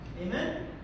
Amen